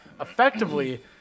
effectively